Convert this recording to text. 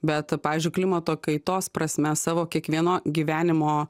bet pavyzdžiui klimato kaitos prasme savo kiekvieno gyvenimo